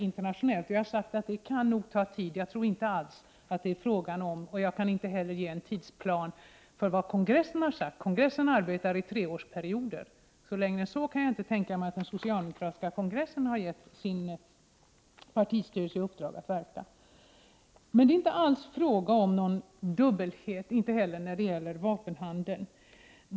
Inte heller kan jag ange en tidsplan för när kongressen skall ha genomfört sitt beslut. Kongressen äger som bekant rum vart tredje år. Jag kan inte tänka mig att kongressen har gett partistyrelsen i uppdrag att verka på detta område under längre tid än tre år. Det är inte alls fråga om något slags dubbelmoral, inte heller när det gäller vapenhandeln.